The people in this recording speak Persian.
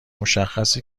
مشخصه